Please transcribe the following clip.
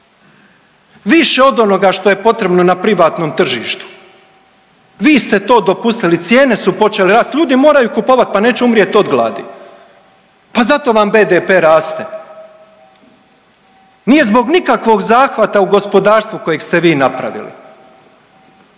više od onoga što je potrebno na privatnom tržištu, vi ste to dopustili, cijene su počele rasti. Ljudi moraju kupovati, pa neće umrijet od gladi! Pa zato vam BDP raste. Nije zbog nikakvog zahvata u gospodarstvu kojeg ste vi napravili.